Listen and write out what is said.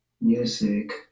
Music